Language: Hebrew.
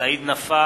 סעיד נפאע,